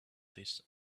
this